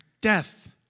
death